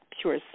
pure